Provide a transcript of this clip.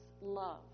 love